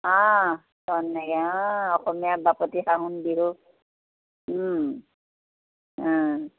তৰণি নাইকিয়া অসমীয়াৰ বাপতি সাহোন বিহু